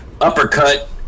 Uppercut